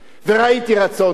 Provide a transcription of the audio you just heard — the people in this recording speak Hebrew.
וראיתי רצון טוב.